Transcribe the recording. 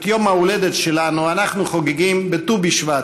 את יום ההולדת שלנו אנחנו חוגגים בט"ו בשבט,